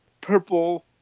purple